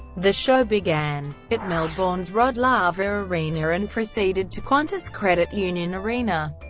the show began at melbourne's rod laver arena and proceeded to qantas credit union arena,